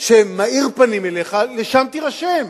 שמאיר פנים אליך, שם תירשם,